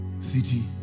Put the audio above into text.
City